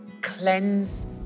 cleanse